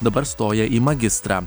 dabar stoja į magistrą